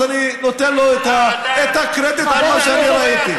אז אני נותן לו את הקרדיט על מה שאני ראיתי.